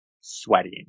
sweating